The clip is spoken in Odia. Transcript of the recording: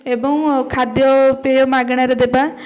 ଏବଂ ଖାଦ୍ୟପେୟ ମାଗଣାରେ ଦେବା